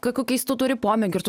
kokių keistų turi pomėgių ir tu